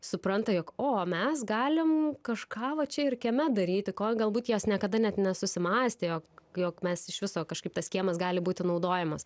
supranta jog o mes galim kažką va čia ir kieme daryti ko galbūt jos niekada net nesusimąstė jog jog mes iš viso kažkaip tas kiemas gali būti naudojamas